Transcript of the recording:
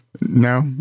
No